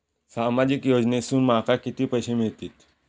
सामाजिक योजनेसून माका किती पैशे मिळतीत?